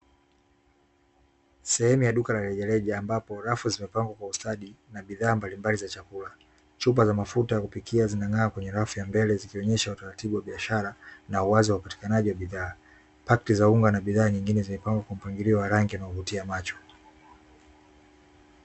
Sehemu ya duka la rejareja, ambapo rafu zimepangwa kwa ustadi na bidhaa mbalimbali za chakula, chupa za mafuta ya kupikia zinang'aa kwenye rafu ya mbele, zikionyesha utaratibu wa biashara na uwazi wa upatikanaji wa bidhaa, Pakti za unga na bidhaa nyingine zimepangwa kwa mpangilio wa rangi unaovutia macho.